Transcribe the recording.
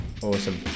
Awesome